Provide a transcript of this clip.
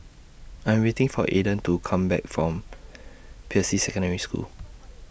I'm waiting For Aedan to Come Back from Peirce Secondary School